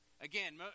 Again